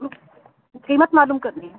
قیمت معلوم کرنی ہے